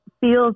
feels